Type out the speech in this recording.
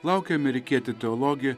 laukia amerikietė teologė